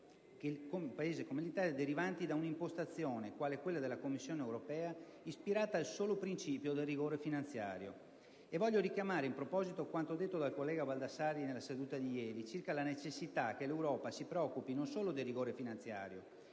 per un Paese come l'Italia derivanti da una impostazione, quale quella della Commissione europea, ispirata al solo principio del rigore finanziario. Voglio richiamare in proposito quanto detto dal collega Baldassarri nella seduta di ieri, circa la necessità che l'Europa si preoccupi non solo del rigore finanziario,